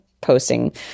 posting